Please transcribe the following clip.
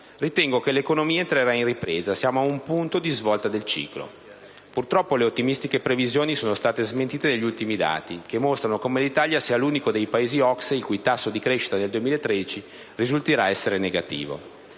«Credo che l'economia entrerà in ripresa, siamo a un punto di svolta del ciclo». Purtroppo le ottimistiche previsioni sono state smentite dagli ultimi dati, che mostrano come l'Italia sia l'unico dei Paesi OCSE il cui tasso di crescita nel 2013 risulterà essere negativo.